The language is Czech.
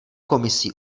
komisí